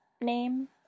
name